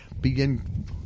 begin